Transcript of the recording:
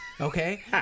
Okay